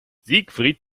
siegfried